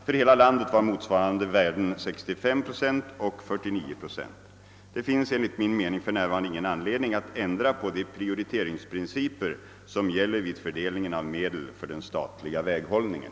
För hela landet var motsvarande värden 65 procent och 49 procent. Det finns enligt min mening för närvarande ingen anledning att ändra på de prioriteringsprinciper som gäller vid fördelningen av medel för den statliga väghållningen.